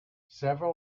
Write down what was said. several